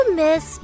miss